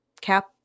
Cap